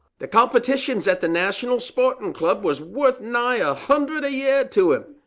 the competitions at the national sportin club was worth nigh a hundred a year to him.